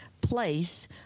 place